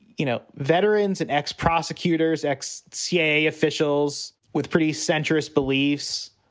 you know, veterans and ex-prosecutors, ex cia officials with pretty centrist beliefs,